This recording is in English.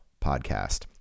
podcast